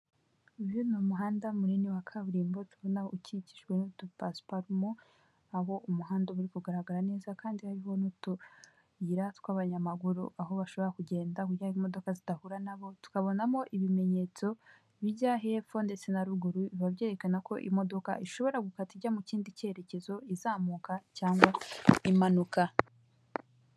Uyu ni umuhanda munini wa kaburimbo tubona ukikijwe n'udupasiparumu, aho umuhanda uri kugaragara neza, kandi hariho n'utuyira tw'abanyamaguru, aho bashobora kugenda kugira ngo imodoka zidahura nabo, tukabonamo ibimenyetso bijya hepfo ndetse na ruguru, biba byerekana ko imodoka ishobora gukata ijya mu kindi cyerekezo, izamuka cyangwa impanuka.